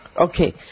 Okay